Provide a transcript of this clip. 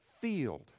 field